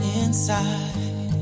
inside